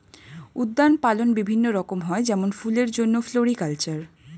উদ্যান পালন বিভিন্ন রকম হয় যেমন ফুলের জন্যে ফ্লোরিকালচার